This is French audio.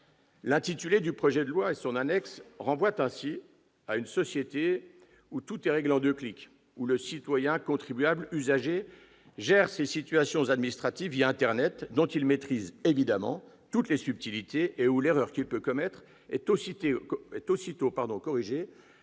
L'intitulé du projet de loi et son annexe renvoient ainsi à une société où tout est réglé en deux clics, où le citoyen-contribuable-usager gère ses situations administratives internet, dont il maîtrise évidemment toutes les subtilités, et où l'erreur qu'il peut commettre est aussitôt corrigée